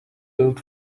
built